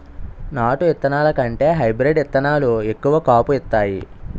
నాటు ఇత్తనాల కంటే హైబ్రీడ్ ఇత్తనాలు ఎక్కువ కాపు ఇత్తాయి